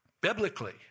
biblically